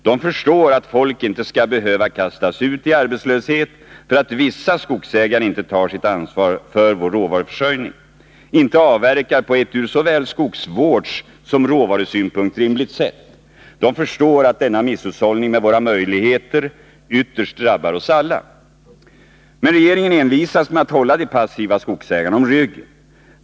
De förstår att folk inte skall behöva kastas ut i arbetslöshet därför att vissa skogsägare inte tar sitt ansvar för vår råvaruförsörjning, inte avverkar på ett ur såväl skogsvårdssynpunkt som råvarusynpunkt rimligt sätt. De förstår att denna misshushållning med våra möjligheter ytterst drabbar oss alla. Men regeringen envisas med att hålla de passiva skogsägarna om ryggen.